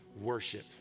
worship